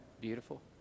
beautiful